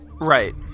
Right